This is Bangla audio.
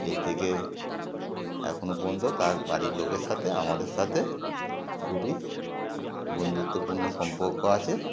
সেই থেকে এখনও পর্যন্ত তার বাড়ির লোকের সাথে আমাদের সাথে খুবই বন্ধুত্বপূর্ণ সম্পর্ক আছে